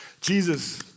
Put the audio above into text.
Jesus